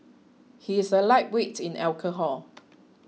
he is a lightweight in alcohol